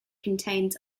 contains